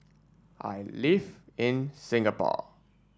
I live in Singapore